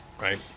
right